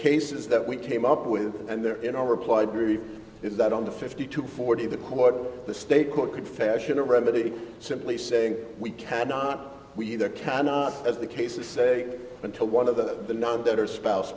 cases that we came up with and they're in our reply brief is that on the fifty to forty the court the state court could fashion a remedy simply saying we cannot we either cannot as the case of say until one of the better spouse